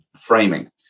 framing